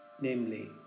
namely